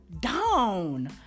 Down